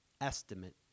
estimate